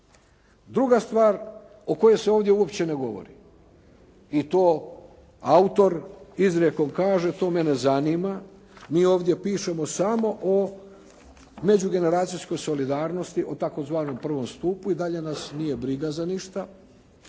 Druga stvar o kojoj se ovdje uopće ne govori i to autor izrijekom kaže, to me ne zanima, mi ovdje pišemo samo o međugeneracijskoj solidarnosti o tzv. prvom stupu i dalje nas nije briga za ništa,